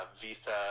visa